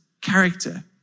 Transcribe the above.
character